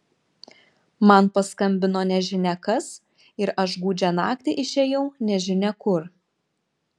man paskambino nežinia kas ir aš gūdžią naktį išėjau nežinia kur